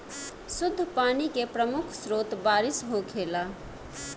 शुद्ध पानी के प्रमुख स्रोत बारिश होखेला